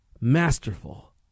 masterful